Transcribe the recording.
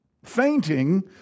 Fainting